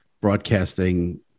broadcasting